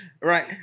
right